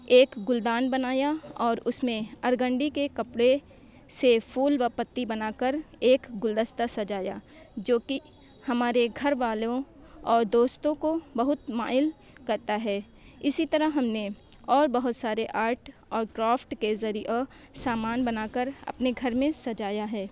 ایک گلدان بنایا اور اس میں ارگنڈی کے کپڑے سے پھول وہ پتی بنا کر ایک گلدستہ سجایا جوکہ ہمارے گھر والوں اور دوستوں کو بہت مائل کرتا ہے اسی طرح ہم نے اور بہت سارے آرٹ اور کرافٹ کے ذریعہ سامان بنا کر اپنے گھر میں سجایا ہے